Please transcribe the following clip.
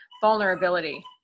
vulnerability